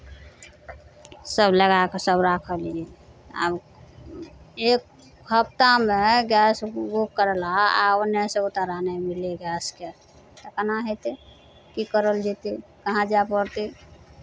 सभ लगा कऽ सभ राखलियै आब एक हफ्तामे गैस बुक करलाहा आ ओन्नऽ सँ ओ तोरा नहि मिलैए गैसके तऽ केना हेतै की करल जेतै कहाँ जाय पड़तै